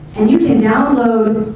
and you can download